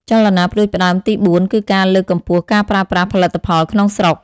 ចលនាផ្តួចផ្តើមទីបួនគឺការលើកកម្ពស់ការប្រើប្រាស់ផលិតផលក្នុងស្រុក។